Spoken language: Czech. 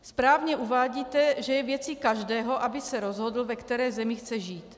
Správně uvádíte, že je věcí každého, aby se rozhodl, ve které zemi chce žít.